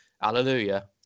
hallelujah